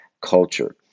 culture